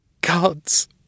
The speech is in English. gods